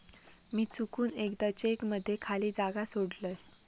मी चुकून एकदा चेक मध्ये खाली जागा सोडलय